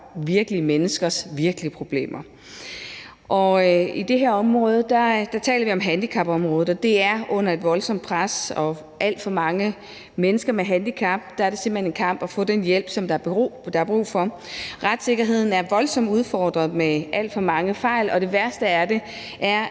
virkelige menneskers virkelige problemer. Vi taler her om hjælp på handicapområdet. Det er under et voldsomt pres, og for alt for mange mennesker med handicap er det simpelt hen en kamp at få den hjælp, som der er brug for. Retssikkerheden er voldsomt udfordret med alt for mange fejl, og det værste er,